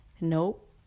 Nope